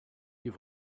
you